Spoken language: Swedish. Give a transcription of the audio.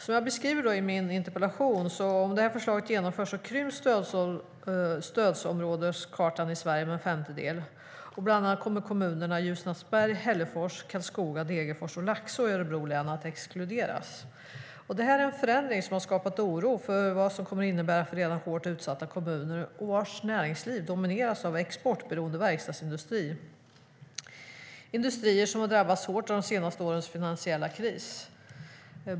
Som jag beskriver i min interpellation krymps stödområdeskartan i Sverige med en femtedel om förslaget genomförs. Bland annat kommer kommunerna Ljusnarsberg, Hällefors, Karlskoga, Degerfors och Laxå i Örebro län att exkluderas. Det finns nu en oro för vad denna förändring kommer att innebära för redan hårt utsatta kommuner vars näringsliv domineras av exportberoende verkstadsindustri som drabbats hårt av de senaste årens finansiella kris.